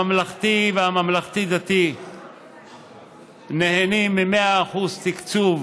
הממלכתי והממלכתי דתי נהנים מ-100% תקצוב